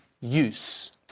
use